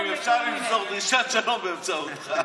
אם אפשר למסור דרישת שלום באמצעותך.